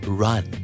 run